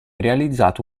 realizzato